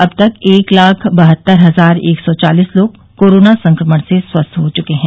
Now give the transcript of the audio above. अब तक एक लाख बहत्तर हजार एक सौ चालिस लोग कोरोना संक्रमण से स्वस्थ हो चुके है